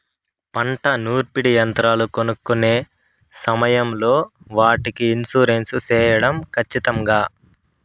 పంట నూర్పిడి యంత్రాలు కొనుక్కొనే సమయం లో వాటికి ఇన్సూరెన్సు సేయడం ఖచ్చితంగా?